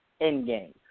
Endgame